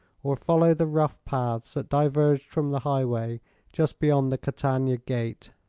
or follow the rough paths that diverged from the highway just beyond the catania gate.